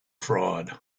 fraud